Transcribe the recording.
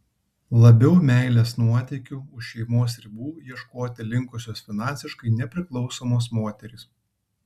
labiau meilės nuotykių už šeimos ribų ieškoti linkusios finansiškai nepriklausomos moterys